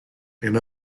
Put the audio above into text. and